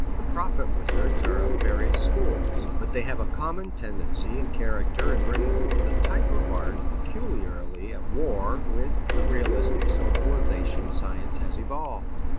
the prophet-wizards are of various schools. but they have a common tendency and character in bringing forth a type of art peculiarly at war with the realistic civilization science has evolved.